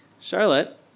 Charlotte